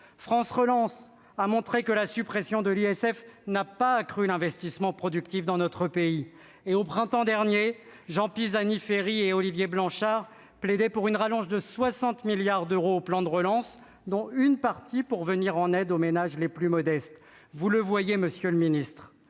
de solidarité sur la fortune (ISF) n'avait pas accru l'investissement productif dans notre pays. Au printemps dernier, Jean Pisany-Ferry et Olivier Blanchard plaidaient pour une rallonge de 60 milliards d'euros au plan de relance, dont une partie pour venir en aide aux ménages les plus modestes. Vous le voyez, monsieur le ministre,